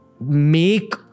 make